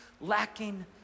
lacking